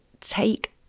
take